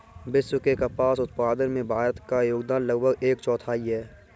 विश्व के कपास उत्पादन में भारत का योगदान लगभग एक चौथाई है